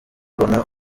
mbona